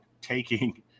taking